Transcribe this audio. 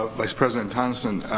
ah vice president tonneson,